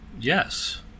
Yes